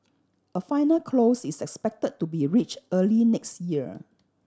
a final close is expected to be reached early next year